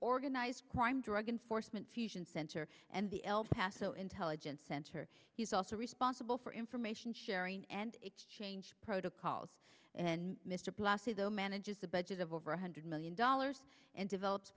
organized crime drug enforcement fusion center and the el paso intelligence center he's also responsible for information sharing and exchange protocols and mr plasty though manages a budget of over one hundred million dollars and develops